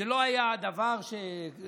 זה לא היה דבר שבכפייה.